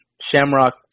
Shamrock